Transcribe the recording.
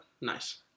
Nice